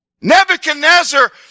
Nebuchadnezzar